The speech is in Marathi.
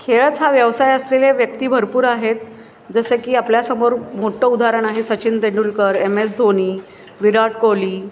खेळच हा व्यवसाय असलेल्या व्यक्ती भरपूर आहेत जसं की आपल्यासमोर मोठं उदाहरण आहे सचिन तेंडुलकर एम एस धोनी विराट कोहली